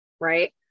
right